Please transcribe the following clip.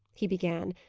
he began.